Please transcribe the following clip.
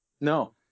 No